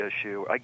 issue